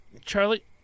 Charlie